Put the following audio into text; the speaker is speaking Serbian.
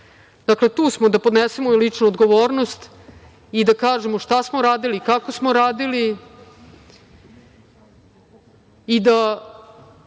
Dakle, tu smo, da podnesemo i ličnu odgovornost i da kažemo šta smo uradili i kako smo radili i da